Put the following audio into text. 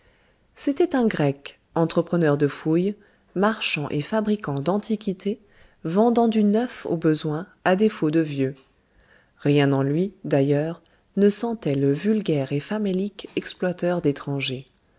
c'était un grec entrepreneur de fouilles marchand et fabricant d'antiquités vendant du neuf au besoin à défaut de vieux rien en lui d'ailleurs ne sentait le vulgaire et famélique exploiteur d'étrangers